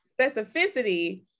specificity